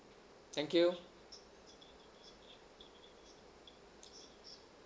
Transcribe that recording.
thank you